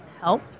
help